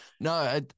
No